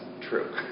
true